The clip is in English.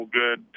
good